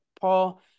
paul